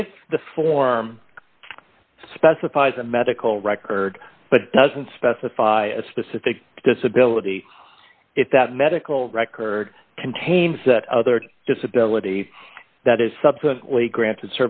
if the form specifies a medical record but doesn't specify a specific disability if that medical record contains that other disability that is subsequently granted